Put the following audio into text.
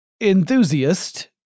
enthusiast